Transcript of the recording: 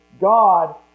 God